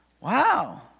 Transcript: Wow